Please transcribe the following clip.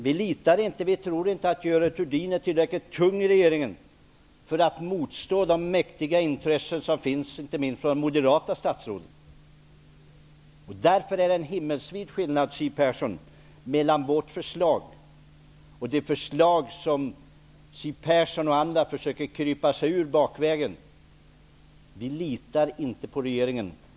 Vi tror inte att Görel Thurdin har en tillräcklig tyngd i regeringen för att motstå de mäktiga intressen som representeras inte minst av de moderata statsråden. Därför är det en himmelsvid skillnad, Siw Persson, mellan vårt förslag och det förslag som Siw Persson och andra försöker krypa sig ur bakvägen. Herr talman! Vi litar inte på regeringen.